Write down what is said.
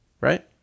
right